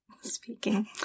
Speaking